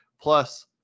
Plus